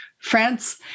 France